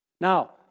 Now